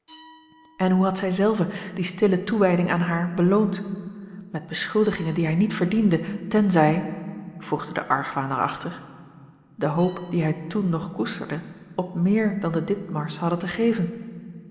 en hoe had zij zelve die stille toewijding aan haar beloond met beschuldigingen die hij niet verdiende tenzij voegde de argwaan er achter de hoop die hij toen nog koesterde op meer dan de ditmars hadden te geven